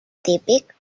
típic